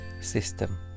system